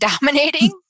dominating